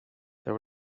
there